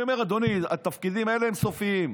אני אומר, אדוני: התפקידים האלה הם סופיים.